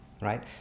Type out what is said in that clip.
right